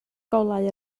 golau